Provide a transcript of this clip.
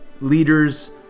leaders